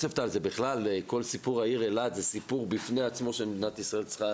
כל סיפור אילת זה סיפור בפני עצמו שמדינת ישראל צריכה